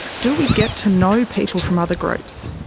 do we get to know people from other groups?